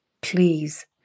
Please